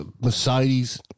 Mercedes